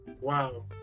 Wow